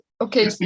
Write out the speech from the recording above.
okay